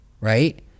Right